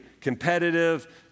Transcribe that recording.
competitive